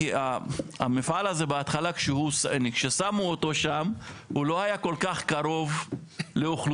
כי המפעל הזה בהתחלה כששמו אותו שם הוא לא היה כל כך קרוב לאוכלוסייה,